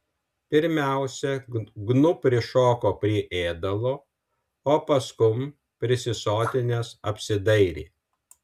pirmiausiai gnu prišoko prie ėdalo o paskum prisisotinęs apsidairė